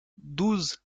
douze